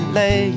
lay